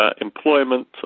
employment